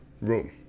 room